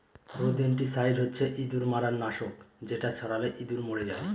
rodenticide হচ্ছে ইঁদুর মারার নাশক যেটা ছড়ালে ইঁদুর মরে যায়